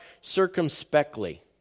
circumspectly